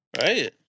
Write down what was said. Right